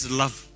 love